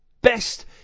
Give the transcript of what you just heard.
Best